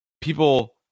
people